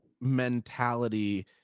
mentality